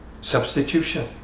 Substitution